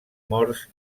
morts